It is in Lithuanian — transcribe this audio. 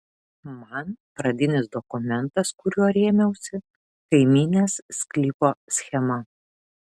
man pradinis dokumentas kuriuo rėmiausi kaimynės sklypo schema